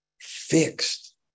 Fixed